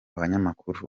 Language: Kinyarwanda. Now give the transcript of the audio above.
abanyamakuru